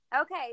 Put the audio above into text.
Okay